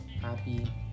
happy